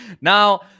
Now